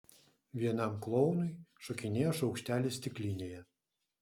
vienam klounui šokinėjo šaukštelis stiklinėje